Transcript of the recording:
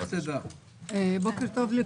בוקר טוב.